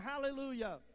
Hallelujah